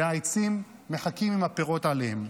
והעצים מחכים עם הפירות עליהם.